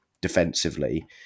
defensively